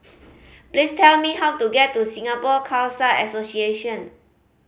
please tell me how to get to Singapore Khalsa Association